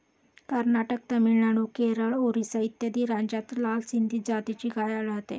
कर्नाटक, तामिळनाडू, केरळ, ओरिसा इत्यादी राज्यांत लाल सिंधी जातीची गाय आढळते